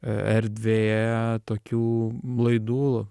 erdvėje tokių laidų